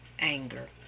anger